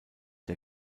der